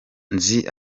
nzi